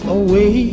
away